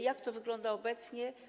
Jak to wygląda obecnie?